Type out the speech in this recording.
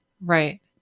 right